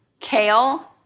Kale